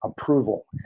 approval